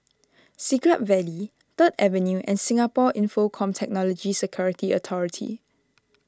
Siglap Valley Third Avenue and Singapore Infocomm Technology Security Authority